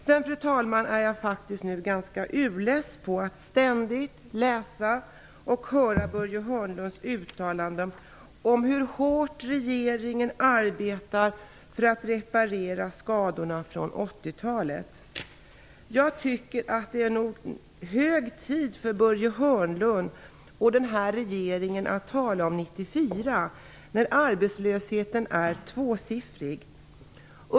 Sedan, fru talman, är jag faktiskt ganska less på att ständigt läsa och höra Börje Hörnlunds uttalanden om hur hårt regeringen arbetar för att reparera skadorna från 80-talet. Jag tycker det är hög tid för Börje Hörnlund och regeringen att tala om 1994. Arbetslösheten uppgår ju till tvåsiffriga tal.